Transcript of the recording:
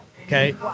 okay